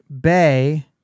Bay